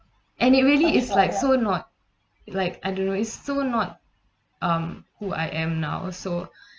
and it really is like so not like I don't know it's so not um who I am now so